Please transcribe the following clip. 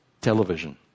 television